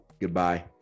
Goodbye